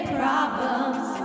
problems